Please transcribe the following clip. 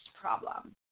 problem